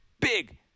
big